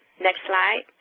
next slide,